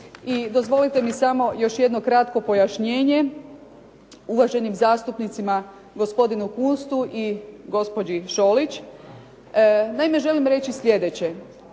dozvolite mi samo još jedno kratko pojašnjenje uvaženim zastupnicima, gospodinu Kunstu i gospođi Šolić. Naime, želim reći sljedeće.